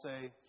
say